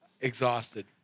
Exhausted